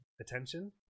attention